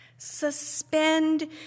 Suspend